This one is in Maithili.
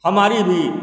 हमारी भी